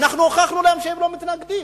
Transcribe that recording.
אנחנו הוכחנו שהם לא מתנגדים.